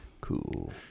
cool